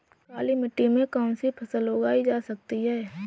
काली मिट्टी में कौनसी फसल उगाई जा सकती है?